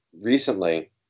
recently